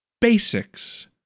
basics